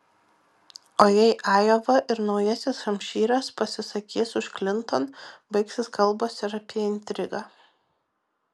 o jei ajova ir naujasis hampšyras pasisakys už klinton baigsis kalbos ir apie intrigą